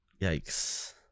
yikes